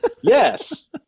yes